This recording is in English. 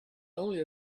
only